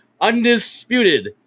undisputed